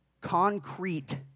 concrete